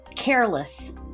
Careless